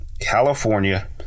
California